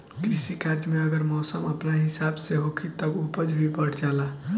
कृषि कार्य में अगर मौसम अपना हिसाब से होखी तब उपज भी बढ़ जाला